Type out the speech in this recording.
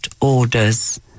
orders